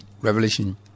Revelation